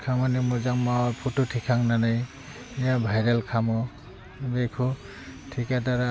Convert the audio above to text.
खामानि मोजां माबा फट' थिखांनानै भाइरल खामो बेखौ थिखादारा